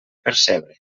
percebre